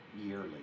yearly